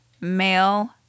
male